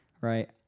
right